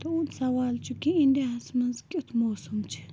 تُہُنٛد سوال چھُ کہِ اِنڈیاہَس منٛز کیُتھ موسَم چھِ